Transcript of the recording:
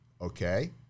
okay